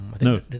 No